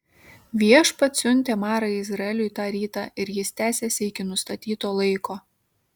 viešpats siuntė marą izraeliui tą rytą ir jis tęsėsi iki nustatyto laiko